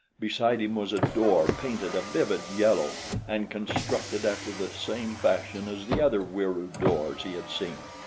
beside him was a door painted a vivid yellow and constructed after the same fashion as the other wieroo doors he had seen,